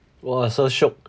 !wah! so shiok